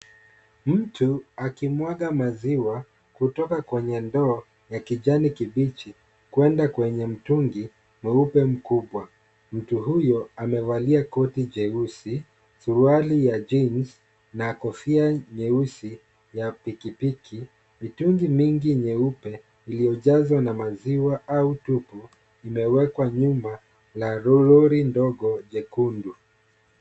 Mtu akimwaga maziwa kutoka kwenye ndoo ya kijani kibichi kwenda kwenye mtungi mweupe mkubwa. Mtu huyo amevalia koti jeusi, suruali ya jins, na kofia nyeusi ya pikipiki. Vitungi mingi nyeupe iliyojazwa na maziwa au tupu imewekwa nyuma la lori ndogo jekundu.